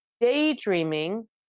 daydreaming